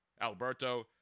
Alberto